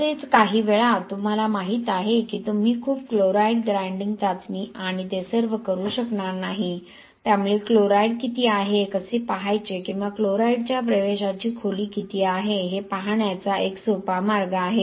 तसेच काहीवेळा तुम्हाला माहीत आहे की तुम्ही खूप क्लोराइड ग्राइंडिंग चाचणी आणि ते सर्व करू शकणार नाही त्यामुळे क्लोराईड किती आहे हे कसे पाहायचे किंवा क्लोराईडच्या प्रवेशाची खोली किती आहे हे पाहण्याचा एक सोपा मार्ग आहे